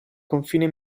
confine